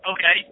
Okay